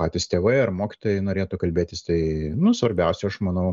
patys tėvai ar mokytojai norėtų kalbėtis tai nu svarbiausia aš manau